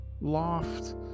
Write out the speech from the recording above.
loft